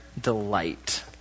delight